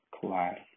class